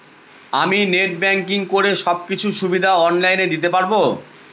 আমি net banking করে সব কিছু সুবিধা অন লাইন দিতে পারবো?